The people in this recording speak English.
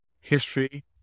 history